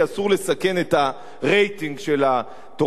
כי אסור לסכן את הרייטינג של התוכנית.